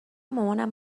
مامانم